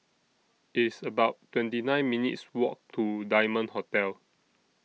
It's about twenty nine minutes' Walk to Diamond Hotel